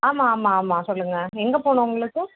ஆமாம் ஆமாம் ஆமாம் சொல்லுங்கள் எங்கே போகணும் உங்களுக்கு